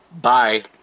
Bye